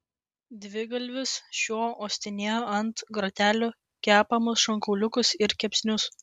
dvigalvis šuo uostinėjo ant grotelių kepamus šonkauliukus ir kepsnius